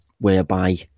whereby